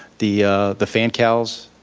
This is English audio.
the the fan cowls,